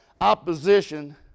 opposition